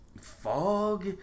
fog